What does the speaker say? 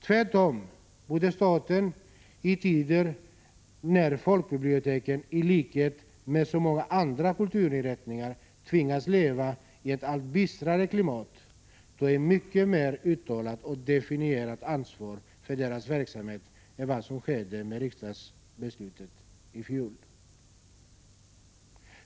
Tvärtom borde staten i tider när folkbiblioteken — i likhet med så många andra kulturinrättningar — tvingas leva i ett allt bistrare klimat ta ett mycket mer uttalat och definierat ansvar för deras verksamhet än vad som skedde med riksdagsbeslutet i fjol.